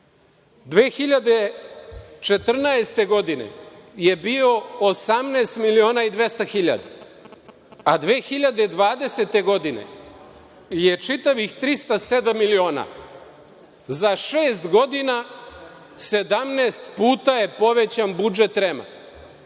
2014. je bio 18 miliona i 200 hiljada, a 2020. godine je čitavih 307 miliona. Za šest godina 17 puta je povećan budžet REM-a,